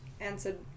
answered